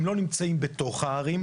הם לא נמצאים בתוך הערים,